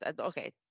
Okay